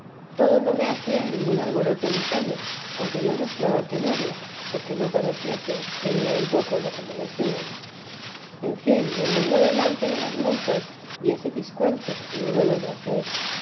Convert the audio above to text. todo no me hacía ningún alboroto ni pena aunque yo mostraba tenerla porque no pareciese tenía en poco lo que me decían en fin me mandó delante de las monjas diese descuento y húbelo de hacer